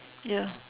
ya